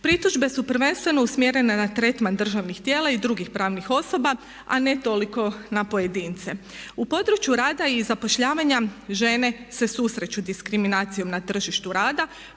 Pritužbe su prvenstveno usmjerene na tretman državnih tijela i drugih pravnih osoba, a ne toliko na pojedince. U području rada i zapošljavanja žene se susreću s diskriminacijom na tržištu rada,